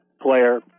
player